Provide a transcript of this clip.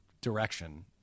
direction